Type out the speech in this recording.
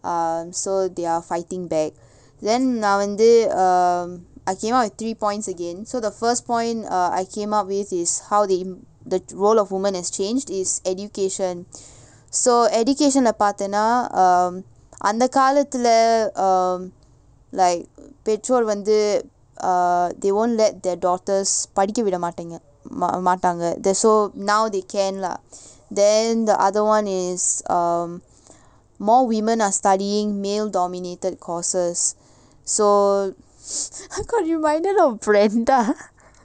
um so they're fighting back then நா வந்து:naa vanthu um I came up with three points again so the first point err I came up with is how they the role of women has changed is education so education ah பாத்தேனா:paathaenaa um அந்த காலத்துல:antha kaalathula um like பெற்றோர் வந்து:petror vanthu err they won't let their daughters படிக்க விட மாடீங்க மாட்டாங்க:padikka vida mateenga maataanga so now they can lah then the other one is um more women are studying male dominated courses so I got reminded of brenda